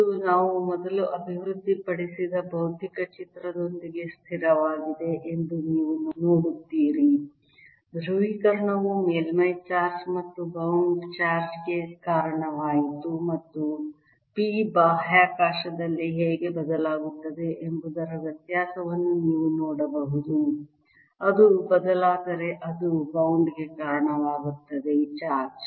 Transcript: ಇದು ನಾವು ಮೊದಲು ಅಭಿವೃದ್ಧಿಪಡಿಸಿದ ಭೌತಿಕ ಚಿತ್ರದೊಂದಿಗೆ ಸ್ಥಿರವಾಗಿದೆ ಎಂದು ನೀವು ನೋಡುತ್ತೀರಿ ಧ್ರುವೀಕರಣವು ಮೇಲ್ಮೈ ಚಾರ್ಜ್ ಮತ್ತು ಬಾಂಡ್ ಚಾರ್ಜ್ ಗೆ ಕಾರಣವಾಯಿತು ಮತ್ತು p ಬಾಹ್ಯಾಕಾಶದಲ್ಲಿ ಹೇಗೆ ಬದಲಾಗುತ್ತದೆ ಎಂಬುದರ ವ್ಯತ್ಯಾಸವನ್ನು ನೀವು ನೋಡಬಹುದು ಅದು ಬದಲಾದರೆ ಅದು ಬೌಂಡ್ಗೆ ಕಾರಣವಾಗುತ್ತದೆ ಚಾರ್ಜ್